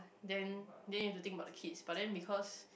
then then you have to think about the kids but then because